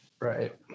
Right